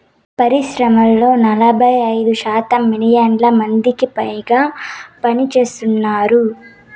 పరిశ్రమల్లో నలభై ఐదు శాతం మిలియన్ల మందికిపైగా పనిచేస్తున్నారు